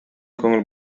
көңүл